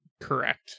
Correct